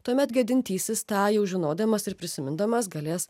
tuomet gedintysis tą jau žinodamas ir prisimindamas galės